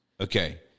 Okay